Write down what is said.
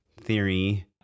theory